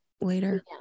later